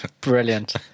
Brilliant